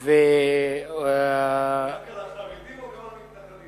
זה רק על החרדים, או גם על המתנחלים?